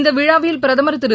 இந்த விழாவில் பிரதமர் திரு